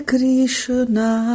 Krishna